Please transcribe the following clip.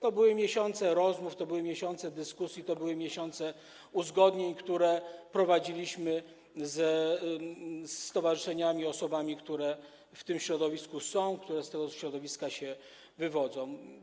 To były miesiące rozmów, to były miesiące dyskusji, to były miesiące uzgodnień, które prowadziliśmy ze stowarzyszeniami, osobami, które w tym środowisku są, które z tego środowiska się wywodzą.